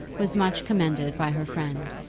was much commended by her friend.